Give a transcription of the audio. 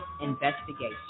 Investigation